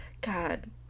God